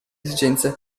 esigenze